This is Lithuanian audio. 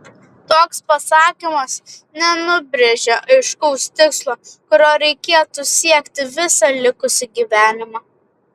toks pasakymas nenubrėžia aiškaus tikslo kurio reikėtų siekti visą likusį gyvenimą